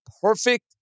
perfect